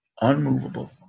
unmovable